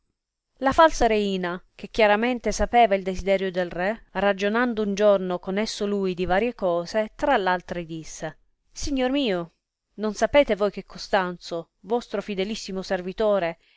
la falsa reina che chiaramente sapeva il desiderio del re ragionando un giorno con esso lui di varie cose tra altre disse signor mio non sapete voi che costanzo vostro fidelissimo servitore